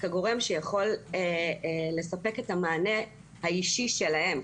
כגורם שיכול לספק את המענה האישי שלהם.